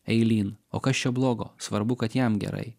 eilyn o kas čia blogo svarbu kad jam gerai